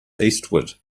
eastward